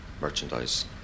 merchandise